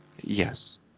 Yes